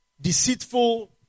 deceitful